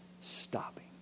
stopping